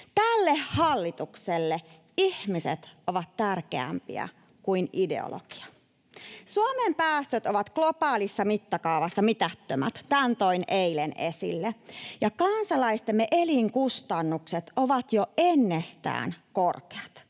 Tälle hallitukselle ihmiset ovat tärkeämpiä kuin ideologia. Suomen päästöt ovat globaalissa mittakaavassa mitättömät — tämän toin eilen esille — ja kansalaistemme elinkustannukset ovat jo ennestään korkeat.